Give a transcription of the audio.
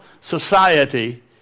society